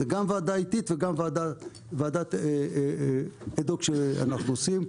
וגם ועדה אתית וגם ועדת אד הוק שאנחנו עושים.